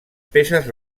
peces